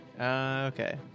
okay